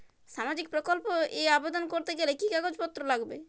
সামাজিক প্রকল্প এ আবেদন করতে গেলে কি কাগজ পত্র লাগবে?